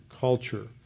culture